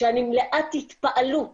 שאני מלאת התפעלות